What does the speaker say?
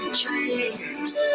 dreams